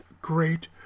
great